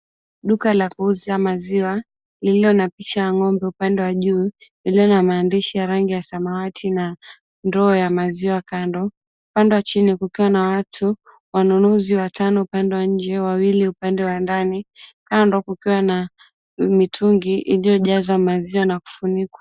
Duka la kuuza maziwa, lililo na picha ya ng'ombe upande wa juu, lililo na maandishi ya rangi ya samawati na ndoo ya maziwa kando. Upande wa chini kukiwa na watu, wanunuzi watano upande wa nje, wawili upande wa ndani. Kando, kukiwa na mitungi iliyojazwa maziwa na kufunikwa.